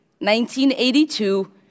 1982